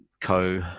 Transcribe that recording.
Co